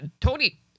Tony